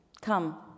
Come